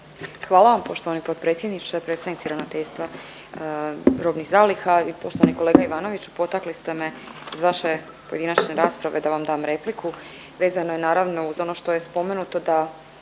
Hvala vam poštovani potpredsjedniče. Predsjednici Ravnateljstva robnih zaliha i poštovani kolega Ivanoviću. Potakli ste me iz vaše pojedinačne rasprave da vam dam repliku, vezano je naravno uz ono što je spomenuto da